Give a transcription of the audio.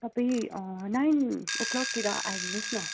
तपाईँ नाइन ओ क्लकतिर आइदिनोस् न